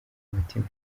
mutima